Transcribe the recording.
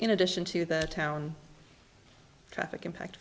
in addition to that town traffic impact